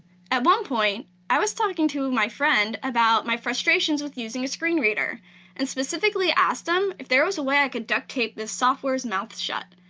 at one point, i was talking to my friend about my frustrations with using a screen reader and specifically asked him if there was a way i could duct tape the software's mouth shut,